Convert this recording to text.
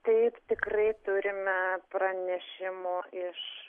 taip tikrai turime pranešimų iš